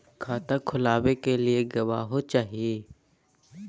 खाता खोलाबे के लिए गवाहों चाही?